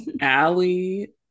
Allie